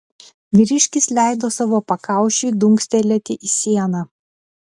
vyriškis leido savo pakaušiui dunkstelėti į sieną